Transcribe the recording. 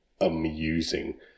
amusing